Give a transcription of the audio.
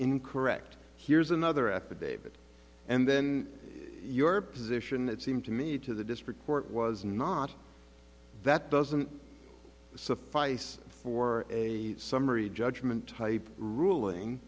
incorrect here's another affidavit and then your position it seems to me to the district court was not that doesn't suffice for a summary judgment type ruling